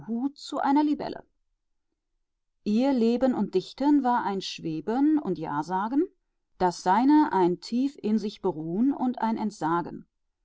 zu einer libelle ihr leben und dichten war ein schweben und ja sagen das seine ein tief in sich beruhen und ein ent sagen